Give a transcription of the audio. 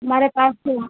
हमारे पास